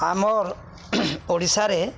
ଆମର୍ ଓଡ଼ିଶାରେ